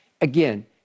Again